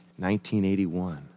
1981